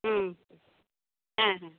হুম হ্যাঁ হ্যাঁ